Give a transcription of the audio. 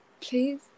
Please